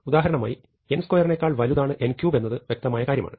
ഉദാഹരണമായി n2 നേക്കാൾ വലുതാണ് n3 എന്നത് വ്യക്തമായ കാര്യമാണ്